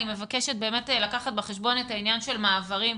אני מבקשת באמת לקחת בחשבון את העניין של מעברים.